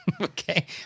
Okay